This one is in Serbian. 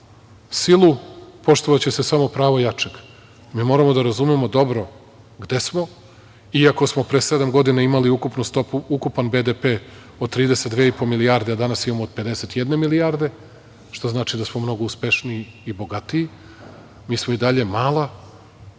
silu poštovaće se samo pravo jačeg. Mi moramo da razumemo dobro gde smo, iako smo pre sedam godina imali ukupnu stopu, ukupan BDP od 32 milijarde, a danas imamo 51 milijardu, što znači da smo mnogo uspešniji i bogatiji. Mi smo i dalje mala,